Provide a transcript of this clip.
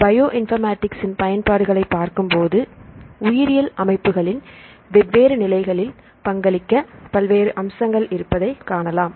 bio informatics இன் பயன்பாடுகளை பார்க்கும்போது உயிரியல் அமைப்புகளின் வெவ்வேறு நிலைகளில் பங்களிக்க பல்வேறு அம்சங்கள் இருப்பதை காணலாம்